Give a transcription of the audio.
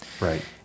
Right